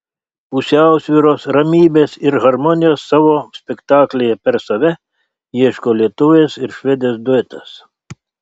pusiausvyros ramybės ir harmonijos savo spektaklyje per save ieško lietuvės ir švedės duetas